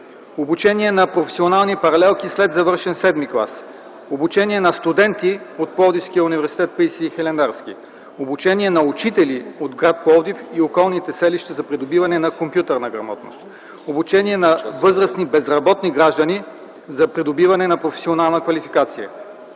обучение на професионални паралелки след завършен седми клас, обучение на студенти от Пловдивския университет „Паисий Хилендарски”, обучение на учители от гр. Пловдив и околните селища за придобиване на компютърна грамотност, обучение на възрастни безработни граждани за придобиване на професионална квалификация.